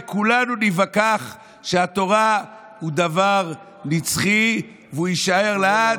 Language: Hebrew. וכולנו ניווכח שהתורה היא דבר נצחי והיא תישאר לעד,